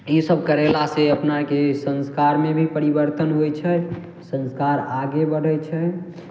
ई सब करेला से अपनाके संस्कारमे भी परिबर्तन होइ छै संस्कार आगे बढ़ै छै